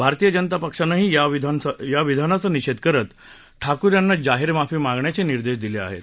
भारतीय जनता पक्षानंही या विधानाचा निषेध करत ठाकूर यांना जाहीर माफी मागण्याचे निर्देश दिले होते